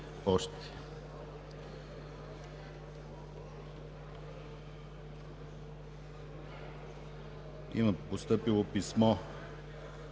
Има постъпило писмо